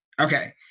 Okay